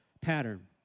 pattern